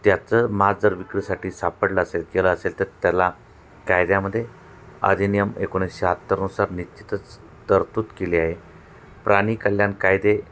त्याचं मास जर विक्रीसाठी सापडलं असेल केलं असेल तर त्याला कायद्यामध्ये अधिनियम एकोणीस शाहत्तरनुसार निश्चितच तरतूद केली आहे प्राणीकल्याण कायदे